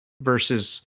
versus